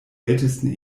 ältesten